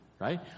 Right